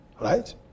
right